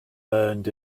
burned